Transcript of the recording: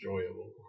enjoyable